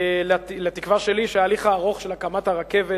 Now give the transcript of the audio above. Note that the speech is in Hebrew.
לתקווה שלי שההליך הארוך של הקמת הרכבת